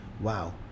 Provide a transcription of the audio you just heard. Wow